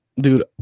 dude